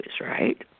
right